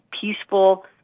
peaceful